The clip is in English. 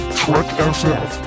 treksf